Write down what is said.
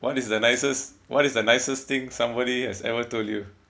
what is the nicest what is the nicest thing somebody has ever told you